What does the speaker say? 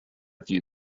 few